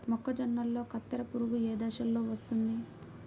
మొక్కజొన్నలో కత్తెర పురుగు ఏ దశలో వస్తుంది?